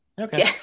okay